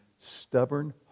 stubborn